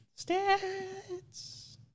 stats